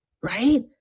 Right